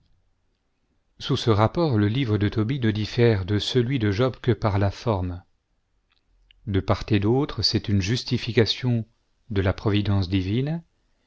sous ce rapport le livre de tobie ne ditïère de celui de job que par la forme de part et d'autre c'est voyez plus bas p